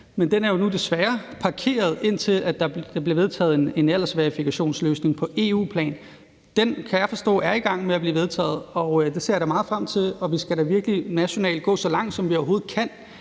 Men den er jo nu desværre parkeret, indtil der bliver vedtaget en aldersverifikationsløsning på EU-plan. Den er i gang med at blive vedtaget, kan jeg forstå, og det ser jeg da meget frem til. Vi skal da virkelig nationalt gå så langt, som vi overhovedet kan